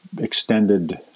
extended